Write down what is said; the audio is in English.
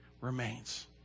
remains